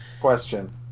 Question